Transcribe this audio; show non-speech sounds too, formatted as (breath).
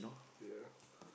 ya (breath)